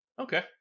okay